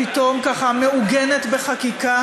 היא פתאום ככה מעוגנת בחקיקה,